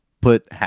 put